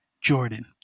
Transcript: Jordan